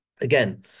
Again